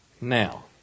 Now